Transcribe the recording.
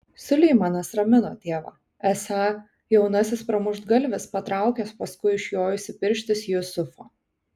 suleimanas ramino tėvą esą jaunasis pramuštgalvis patraukęs paskui išjojusį pirštis jusufą